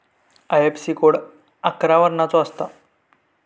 IFSC code अकरा वर्णाचो असता